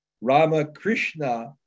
Ramakrishna